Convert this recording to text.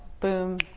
boom